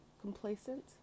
complacent